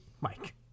Mike